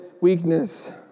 weakness